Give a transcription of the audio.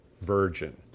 virgin